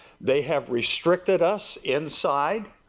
they have restricted us insides.